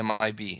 MIB